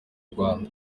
rwanda